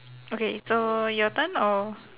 okay so your turn or